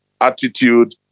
Attitude